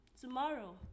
tomorrow